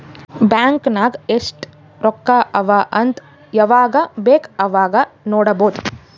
bank ನಾಗ್ ಎಸ್ಟ್ ರೊಕ್ಕಾ ಅವಾ ಅಂತ್ ಯವಾಗ ಬೇಕ್ ಅವಾಗ ನೋಡಬೋದ್